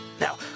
Now